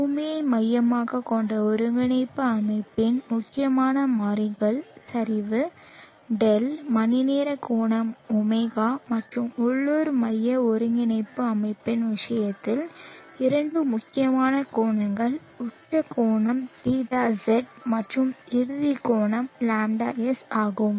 பூமியை மையமாகக் கொண்ட ஒருங்கிணைப்பு அமைப்பில் முக்கியமான மாறிகள் சரிவு δ மணிநேர கோணம் ω மற்றும் உள்ளூர் மைய ஒருங்கிணைப்பு அமைப்பின் விஷயத்தில் இரண்டு முக்கியமான கோணங்கள் உச்ச கோணம் θz மற்றும் இறுதி கோணம் γS ஆகும்